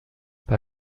bei